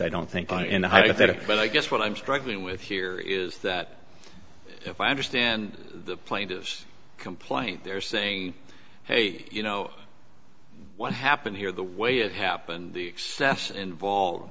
i don't think in the hypothetical but i guess what i'm struggling with here is that if i understand the plaintiff's complaint they're saying hey you know what happened here the way it happened the excess involved